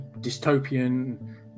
dystopian